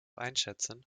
einschätzen